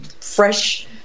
fresh